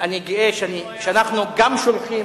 אני גאה שאנחנו גם שולחים,